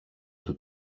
του